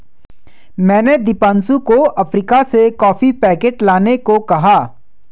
मैंने दीपांशु को अफ्रीका से कॉफी पैकेट लाने को कहा है